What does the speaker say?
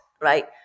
right